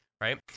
right